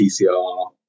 PCR